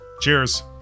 Cheers